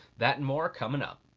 that and more, coming up.